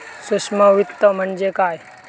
सूक्ष्म वित्त म्हणजे काय?